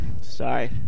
Sorry